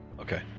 Okay